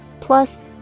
Plus